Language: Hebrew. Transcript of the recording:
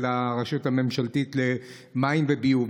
מנהל הרשות הממשלתית למים וביוב.